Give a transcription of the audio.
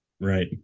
Right